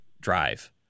drive